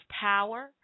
power